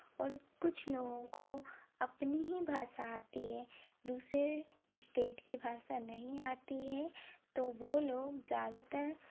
और कुछ लोगों को अपनी ही भाषा आती है दूसरे इस्टेट की भाषा नहीं आती है तो वो लोग ज़्यादातर